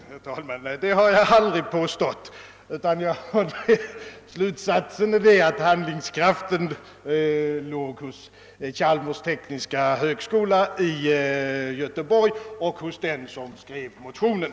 Herr talman! Nej, det har jag aldrig påstått, utan slutsatsen är att handlingskraften låg hos Chalmers tekniska högskola i Göteborg och hos den som skrev motionen.